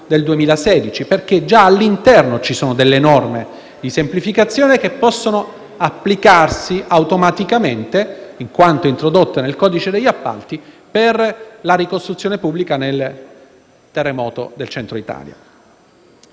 del 2016, perché contengono norme di semplificazione che possono applicarsi automaticamente, in quanto introdotte nel codice degli appalti, per la ricostruzione pubblica a seguito del terremoto del Centro Italia.